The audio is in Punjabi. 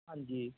ਹਾਂਜੀ